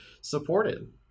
supported